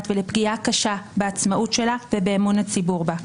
ולפגיעה קשה בעצמאות שלה ובאמון הציבור בה.